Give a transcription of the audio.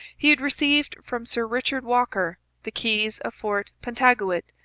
he had received from sir richard walker the keys of fort pentagouet,